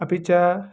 अपि च